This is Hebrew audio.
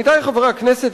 עמיתי חברי הכנסת,